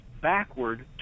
backward